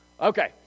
Okay